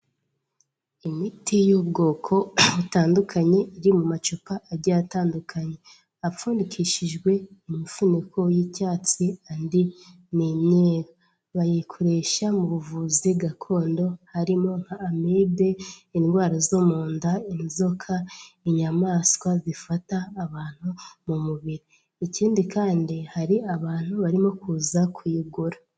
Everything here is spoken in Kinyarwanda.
Imiti y'ubwoko butandukanye iri mu macupa agiye atandukanye apfundikishijwe imifuniko y'icyatsi andi n'imyeru bayikoresha mu buvuzi gakondo harimo amibe, indwara zo mu nda, inzoka, inyamaswa zifata abantu mu mubiri ikindi kandi hari abantu barimo kuza kuyigura.